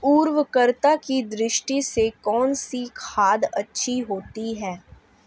उर्वरकता की दृष्टि से कौनसी खाद अच्छी होती है?